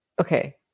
okay